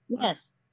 Yes